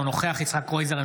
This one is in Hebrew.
אינו נוכח יצחק קרויזר,